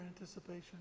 anticipation